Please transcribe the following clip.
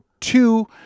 two